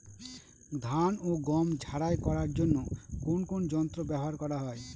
ধান ও গম ঝারাই করার জন্য কোন কোন যন্ত্র ব্যাবহার করা হয়?